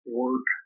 work